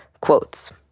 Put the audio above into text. quotes